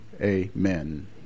Amen